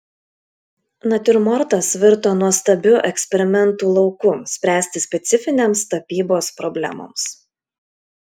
natiurmortas virto nuostabiu eksperimentų lauku spręsti specifinėms tapybos problemoms